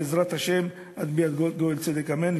בעזרת השם, עד ביאת גואל צדק, אמן.